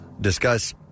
discuss